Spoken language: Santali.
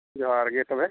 ᱡᱚᱦᱟᱨᱜᱮ ᱛᱚᱵᱮ